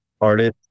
artist